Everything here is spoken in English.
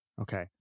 Okay